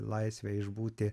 laisvę išbūti